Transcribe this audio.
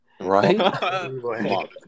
Right